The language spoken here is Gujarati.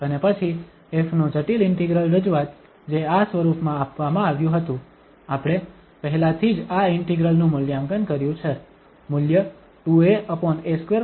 અને પછી ƒ નું જટિલ ઇન્ટિગ્રલ રજૂઆત જે આ સ્વરૂપમાં આપવામાં આવ્યું હતું આપણે પહેલાથી જ આ ઇન્ટિગ્રલ નું મૂલ્યાંકન કર્યું છે મૂલ્ય 2aa2α2 છે